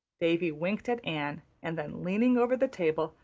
davy winked at anne, and then, leaning over the table,